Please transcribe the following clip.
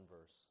verse